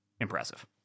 impressive